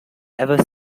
ever